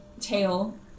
tail